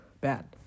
bad